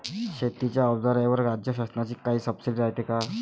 शेतीच्या अवजाराईवर राज्य शासनाची काई सबसीडी रायते का?